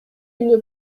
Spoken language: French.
une